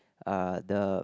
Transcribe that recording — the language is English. uh the